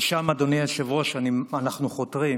לשם, אדוני היושב-ראש, אנחנו חותרים,